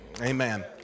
Amen